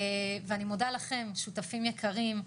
אני מודה לכם שותפים יקרים,